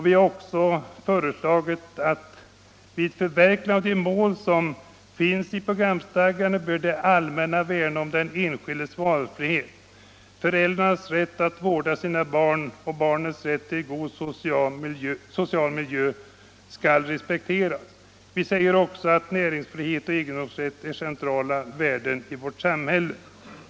Vi har även föreslagit att, vid förverkligande av de mål som finns i programstadgandet, det allmänna bör värna om den enskildes valfrihet. Föräldrarnas rätt att vårda sina barn och barnens rätt till god social miljö skall respekteras. Vi säger också att näringsfrihet och egendomsrätt är centrala värden i vårt samhälle.